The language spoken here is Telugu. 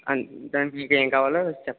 అంతే దా మీకు ఇంకా ఏమి కావాలో చెప్పండి